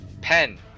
Pen